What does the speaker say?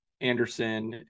Anderson